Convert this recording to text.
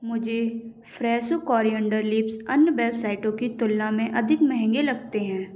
मुझे Fresho coriander leaves अन्य बेवसाइटों की तुलना में अधिक महंगे लगते हैं